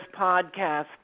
podcast